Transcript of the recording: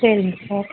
சரிங்க sir okay